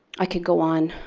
i could go on.